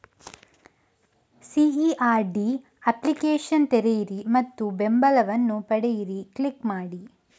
CERD application ತೆರೆಯಿರಿ ಮತ್ತು ಬೆಂಬಲವನ್ನು ಪಡೆಯಿರಿ ಕ್ಲಿಕ್ ಮಾಡಿ